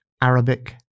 Arabic